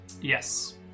Yes